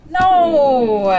No